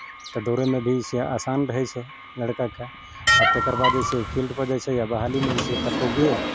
तऽ दौड़यमे भीसँ आसान रहै छै लड़काके आ तकर बाद जे छै फिल्डपर जाइ छै या बहालीमे जइसे कतहु गेल